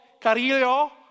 Carillo